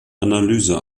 analyse